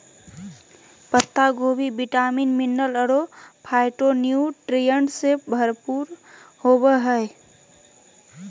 पत्ता गोभी vitamin, mineral अरो फाइटोन्यूट्रिएंट्स से भरपूर होबा हइ